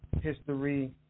history